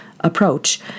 approach